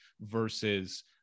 versus